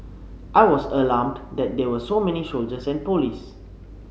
I was alarmed that there were so many soldiers and police